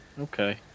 okay